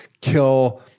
kill